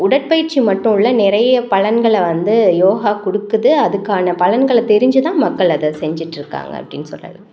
உடற்பயிற்சி மட்டும் இல்லை நிறைய பலன்கள வந்து யோகா கொடுக்குது அதுக்கான பலன்களை தெரிஞ்சு தான் மக்கள் அதை செஞ்சுட்டு இருக்காங்க அப்படினு சொல்லலாம்